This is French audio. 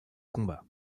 combat